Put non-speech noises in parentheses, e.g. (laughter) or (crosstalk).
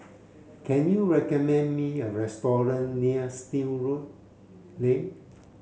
can you recommend me a restaurant near Still (unintelligible) Lane